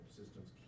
systems